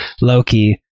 Loki